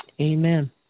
Amen